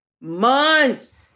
Months